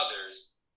others